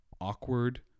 awkward